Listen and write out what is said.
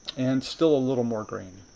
and still a little more green.